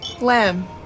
lamb